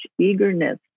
eagerness